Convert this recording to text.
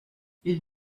ils